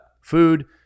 food